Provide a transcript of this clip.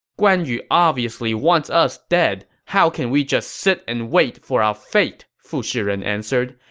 guan yu obviously wants us dead how can we just sit and wait for our fate? fu shiren answered.